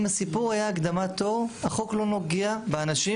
אם הסיפור היה הקדמת תור - החוק לא נוגע באנשים